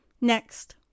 Next